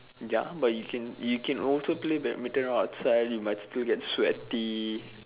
ya but you you can also play badminton outside you might still get sweaty